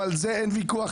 גם על זה אין ויכוח.